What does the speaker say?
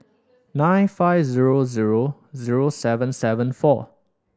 nine five zero zero zero seven seven four